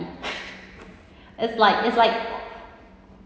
it's like it's like